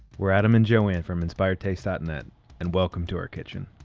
we're adam and joanne from inspiredtaste dot and net and welcome to our kitchen.